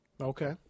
Okay